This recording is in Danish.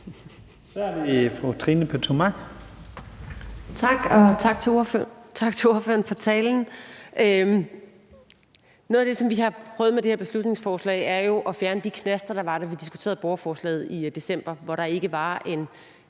Så er det fru Trine Pertou